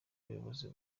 buyobozi